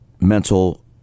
mental